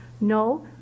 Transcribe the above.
No